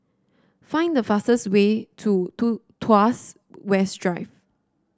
find the fastest way to Tu Tuas West Drive